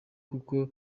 kuko